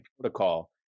protocol